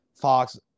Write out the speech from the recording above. Fox